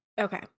Okay